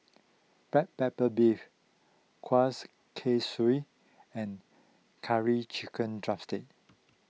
Black Pepper Beef Kuih Kaswi and Curry Chicken Drumstick